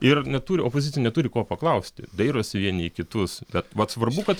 ir neturi opozicija neturi ko paklausti dairosi vieni į kitus bet vat svarbu kad